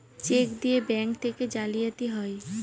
check দিয়ে bank থেকে জালিয়াতি হয়